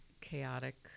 chaotic